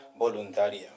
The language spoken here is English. voluntaria